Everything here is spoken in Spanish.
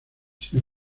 sin